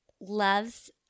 loves